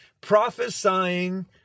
prophesying